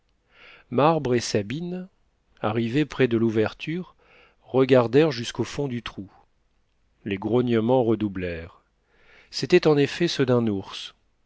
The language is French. marbre et sabine arrivés près de l'ouverture regardèrent jusqu'au fond du trou les grognements redoublèrent c'étaient en effet ceux d'un ours